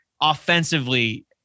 offensively